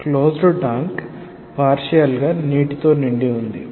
closed tank partial గా నీటితో నిండి ఉంది